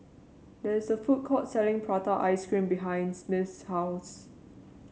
there is a food court selling Prata Ice Cream behinds Smith's house